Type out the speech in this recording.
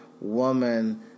woman